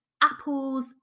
apples